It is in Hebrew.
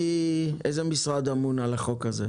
איזה משרד אמון על החוק הזה,